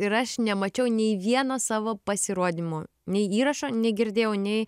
ir aš nemačiau nei vieno savo pasirodymo nei įrašo negirdėjau nei